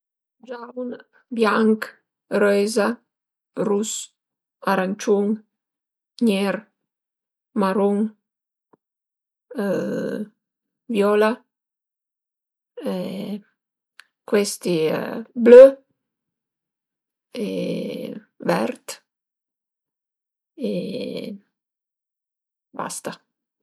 Giaun, bianch, röiza, rus, aranciun, nier, maron viola cuesti blö e vert e basta